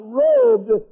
robed